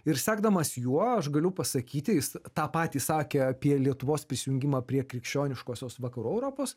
ir sekdamas juo aš galiu pasakyti jis tą patį sakė apie lietuvos prisijungimą prie krikščioniškosios vakarų europos